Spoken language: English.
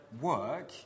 work